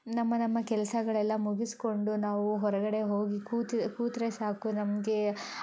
ನಮ್ಮ ನಮ್ಮ ಕೆಲಸಗಳೆಲ್ಲಾ ಮುಗಿಸಿಕೊಂಡು ನಾವು ಹೊರಗಡೆ ಹೋಗಿ ಕೂತೆ ಕೂತರೆ ಸಾಕು ನಮಗೆ